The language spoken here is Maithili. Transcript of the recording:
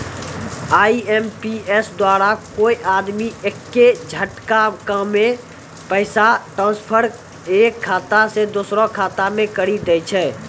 आई.एम.पी.एस द्वारा कोय आदमी एक्के झटकामे पैसा ट्रांसफर एक खाता से दुसरो खाता मे करी दै छै